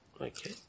Okay